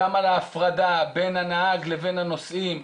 גם על ההפרדה בין הנהג לבין הנוסעים.